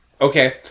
okay